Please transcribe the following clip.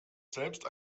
selbst